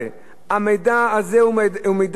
המידע הזה הוא מידע שישנו,